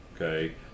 Okay